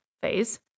phase